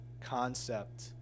concept